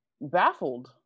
baffled